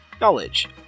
knowledge